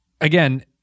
Again